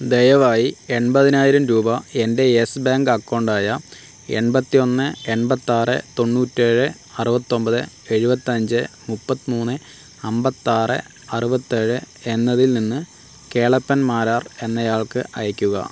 ദയവായി എൺപതിനായിരം രൂപ എൻ്റെ യെസ് ബാങ്ക് അക്കൗണ്ട് ആയ എൺപത്തിയൊന്ന് എൺപത്താറ് തൊണ്ണൂറ്റി ഏഴ് അറുപത്തൊൻപത് എഴുപത്തഞ്ച് മുപ്പത്തി മൂന്ന് അൻപത്തി ആറ് അറുപത്തി ഏഴ് എന്നതിൽ നിന്ന് കേളപ്പൻ മാരാർ എന്നയാൾക്ക് അയക്കുക